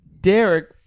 Derek